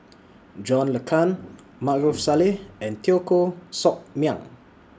John Le Cain Maarof Salleh and Teo Koh Sock Miang